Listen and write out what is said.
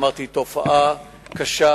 אמרתי שהוא תופעה קשה,